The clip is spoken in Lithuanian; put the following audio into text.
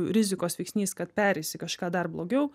rizikos veiksnys kad pereis į kažką dar blogiau